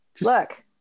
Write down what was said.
look